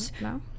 No